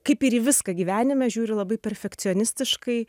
kaip ir į viską gyvenime žiūriu labai perfekcionistiškai